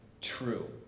true